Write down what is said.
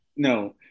No